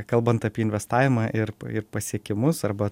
kalbant apie investavimą ir ir pasiekimus arba